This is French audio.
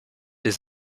les